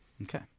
Okay